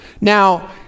Now